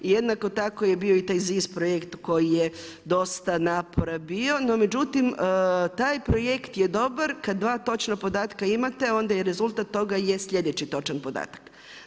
I jednako tako je bio i taj ZIS projekt koji je dosta napora bio, no međutim taj projekt je dobar kada dva točna podatka imate onda i rezultat toga je sljedeći točan podatak.